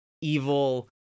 evil